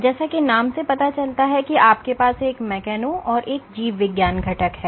जैसा कि नाम से पता चलता है कि आपके पास एक मेकेनो और एक जीव विज्ञान घटक है